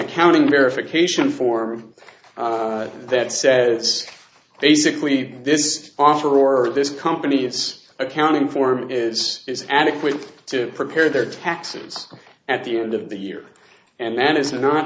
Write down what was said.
accounting verification form that says it's basically this offer or this company its accounting form is adequate to prepare their taxes at the end of the year and that is not